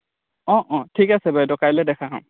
অঁ অঁ ঠিক আছে বাইদেউ কাইলৈ দেখা হ'ম